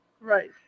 Right